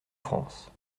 france